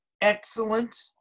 excellent